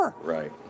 right